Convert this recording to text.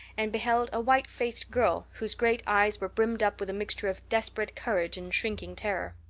and beheld a white-faced girl whose great eyes were brimmed up with a mixture of desperate courage and shrinking terror.